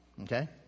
Okay